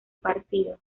partido